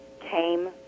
came